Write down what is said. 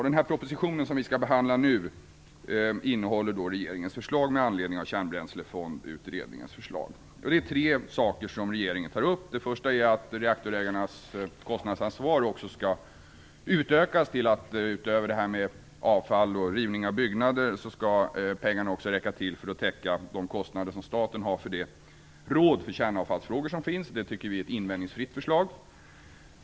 Den proposition som vi nu skall behandla innehåller regeringens förslag med anledning av Kärnbränslefondsutredningens förslag. Det är tre saker som regeringen tar upp. Den första är att reaktorägarnas kostnadsansvar skall utökas. Utöver det här med avfall och rivning av byggnader skall pengarna räcka till för att också täcka de kostnader som staten har för det råd för kärnavfallsfrågor som finns. Det tycker vi är ett invändningsfritt förslag.